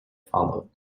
followed